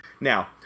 Now